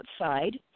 outside